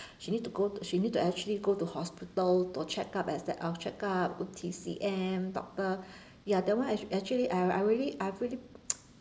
she need to go she need to actually go to hospital to check up as that uh check up do T_C_M doctor ya that one ac~ actually I I really I've really